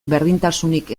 berdintasunik